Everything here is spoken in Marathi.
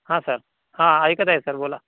हां सर हां ऐकत आहे सर बोला